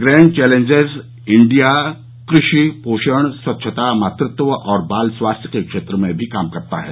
grand challenges India क्रषि पोषण स्वच्छता मातृत्व और बाल स्वास्थ्य के क्षेत्र में भी काम करता है